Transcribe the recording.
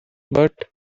but